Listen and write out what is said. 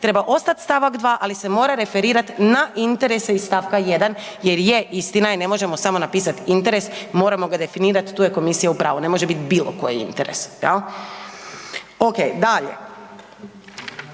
treba ostati stavak 2. ali se mora referirati na interese iz stavka 1. jer je, istina je, ne možemo samo napisati interes, moramo ga definirat, tu je komisija u pravu, ne može bit bilokoji interes, jel'. Ok, dalje.